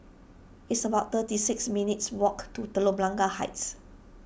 it's about thirty six minutes' walk to Telok Blangah Heights